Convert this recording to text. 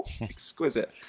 exquisite